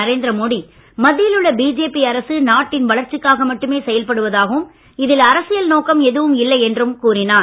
நரேந்திரமோடி மத்தியில் உள்ள பிஜேபி அரசு நாட்டின் வளர்ச்சிக்காக மட்டுமே செயல்படுவதாகவும் இதில் அரசியல் நோக்கம் எதுவும் இல்லை என்றும் கூறினார்